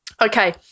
Okay